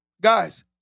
Guys